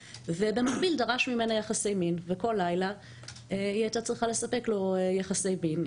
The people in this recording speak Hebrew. ובמקביל דרש ממנה יחסי מין וכל לילה היא הייתה צריכה לספק לו יחסי מין.